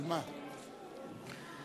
אז